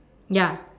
ya